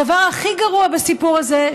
הדבר הכי גרוע בסיפור הזה,